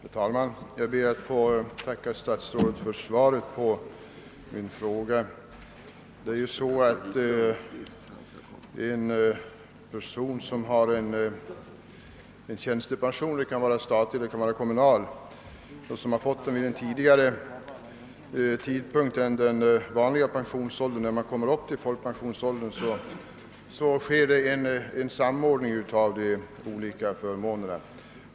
Herr talman! Jag ber att få tacka statsrådet för svaret på min fråga. För en person, som har tjänstepension — den kan vara statlig, den kan vara kommunal och som har fått denna före uppnåendet av folkpensionsåldern, sker vid sistnämnda: tidpunkt samordning av de olika förmånerna.